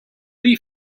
lee